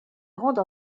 grande